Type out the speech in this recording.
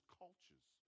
cultures